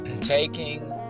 taking